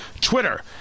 Twitter